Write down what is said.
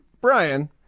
Brian